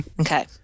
Okay